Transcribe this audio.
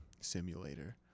simulator